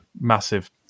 massive